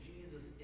Jesus